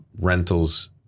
rentals